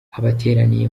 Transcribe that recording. abateraniye